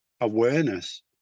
awareness